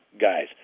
guys